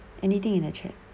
anything in the chat